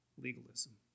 legalism